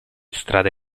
strade